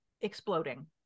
exploding